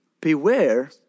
Beware